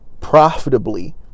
profitably